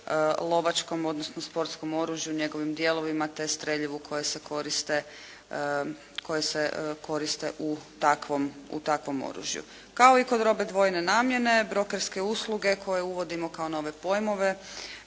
lovačkom, odnosno sportskom oružju, njegovim dijelovima, te streljivu koja se koriste u takvom oružju. Kao i kod robe dvojne namjene, brokerske usluge koje uvodimo kao nove pojmove